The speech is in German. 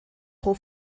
pro